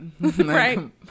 Right